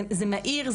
זה מהיר.